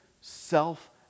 self